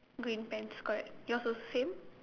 green pants correct yours also same